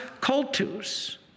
Cultus